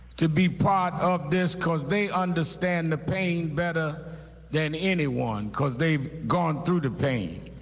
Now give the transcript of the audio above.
to be part of this, because they understand the pain better than anyone because they've gone through the pain.